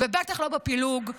ובטח לא בפילוג,